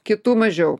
kitu mažiau